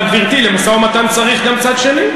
אבל, גברתי, למשא-ומתן צריך גם צד שני.